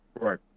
Right